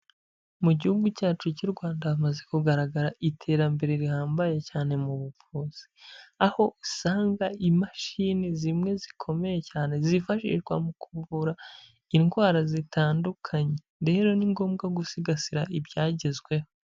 Mu gihugu cyacu cy'u Rwanda, hamaze kugaragara iterambere rihambaye cyane mu buvuzi. Aho usanga imashini zimwe zikomeye cyane zifashishwa mu kuvura indwara zitandukanye. Rero ni ngombwa gusigasira ibyagezweho.